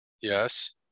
Yes